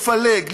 לפלג,